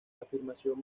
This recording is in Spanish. afirmación